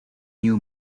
new